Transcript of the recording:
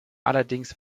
allerdings